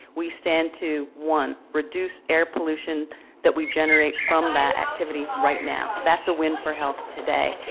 we stand to one reduce air pollution that we generate from that activity right now. that's a win for health today.